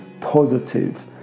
positive